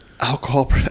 alcohol